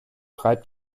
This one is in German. reibt